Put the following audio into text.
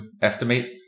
estimate